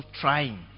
trying